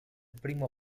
primo